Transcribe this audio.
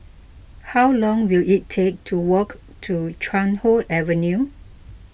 how long will it take to walk to Chuan Hoe Avenue